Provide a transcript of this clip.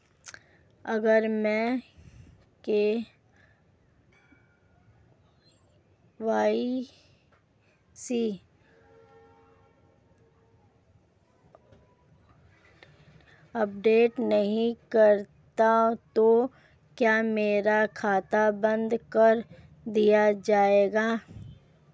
अगर मैं KYC update नहीं करता तो क्या मेरा खाता बंद कर दिया जाएगा?